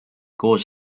koos